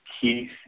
Keith